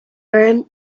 urim